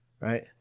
right